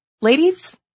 Ladies